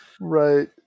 right